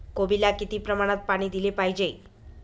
कोबीला किती प्रमाणात पाणी दिले पाहिजे?